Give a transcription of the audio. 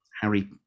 Harry